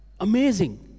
Amazing